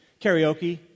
Karaoke